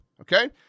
Okay